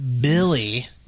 Billy